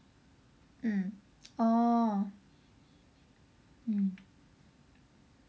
mm oh mm